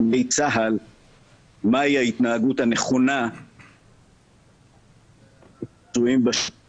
בצה"ל מהי ההתנהגות הנכונה עם פצועים בשטח